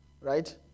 right